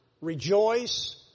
rejoice